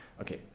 Okay